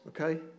okay